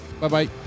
Bye-bye